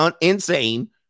insane